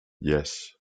yes